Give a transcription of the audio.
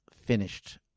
finished